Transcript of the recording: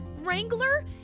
Wrangler